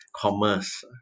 commerce